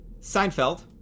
Seinfeld